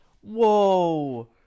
whoa